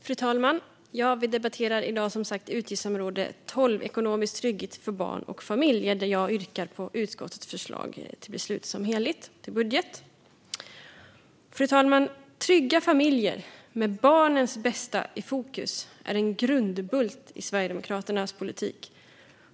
Fru talman! Vi debatterar som sagt i dag utgiftsområde 12 Ekonomisk trygghet för familjer och barn, och jag yrkar på bifall till utskottets förslag till beslut som helhet. Fru talman! Trygga familjer med barnens bästa i fokus är en grundbult i Sverigedemokraternas politik.